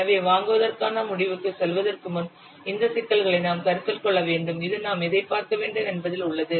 எனவே வாங்குவதற்கான முடிவுக்குச் செல்வதற்கு முன் இந்த சிக்கல்களை நாம் கருத்தில் கொள்ள வேண்டும் இது நாம் எதைப் பார்க்க வேண்டும் என்பதில் உள்ளது